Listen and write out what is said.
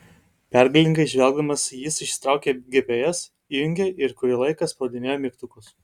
pergalingai žvelgdamas jis išsitraukė gps įjungė ir kurį laiką spaudinėjo mygtukus